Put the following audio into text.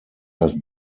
das